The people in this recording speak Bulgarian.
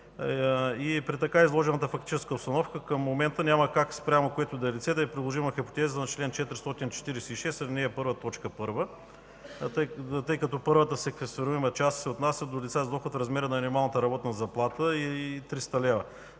При така изложената фактическа обстановка към момента няма как спрямо което и да е лице да е приложима хипотезата на чл. 446, ал. 1, т. 1, тъй като първата секвестируема част се отнася до лица с доход с размера на минималната работна заплата и 300 лв.